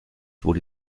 wurde